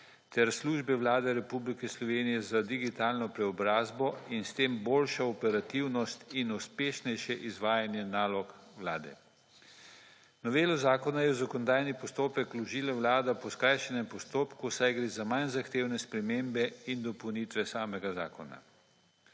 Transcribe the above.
ter Službe Vlade Republike Slovenije za digitalno preobrazbo in s tem boljše operativnost in uspešnejše izvajanje nalog Vlade. Novela zakona je v zakonodajni postopek vložila Vlada po skrajšanem postopku, saj gre za manj zahtevne spremembe in dopolnitve samega zakona.